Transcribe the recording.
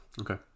Okay